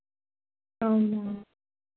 అవునా